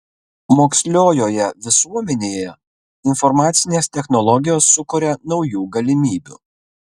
moksliojoje visuomenėje informacinės technologijos sukuria naujų galimybių